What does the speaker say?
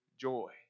joy